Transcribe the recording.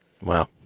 Wow